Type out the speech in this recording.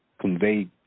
convey